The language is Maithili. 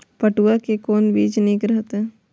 पटुआ के कोन बीज निक रहैत?